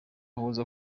yahoze